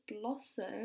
blossom